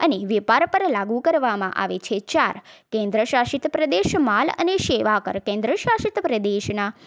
અને વેપાર પર લાગુ કરવામાં આવે છે ચાર કેન્દ્રશાસિત પ્રદેશ માલ અને સેવા કર કેન્દ્રશાસિત પ્રદેશના